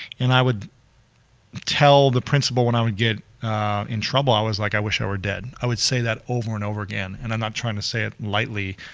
and i would tell the principal when i would get in trouble, i was like i wish i were dead. i would say that over and over again and i'm not trying to say it lightly,